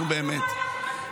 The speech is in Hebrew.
נו, באמת.